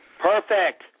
Perfect